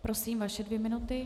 Prosím, vaše dvě minuty.